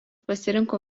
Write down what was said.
pasirinko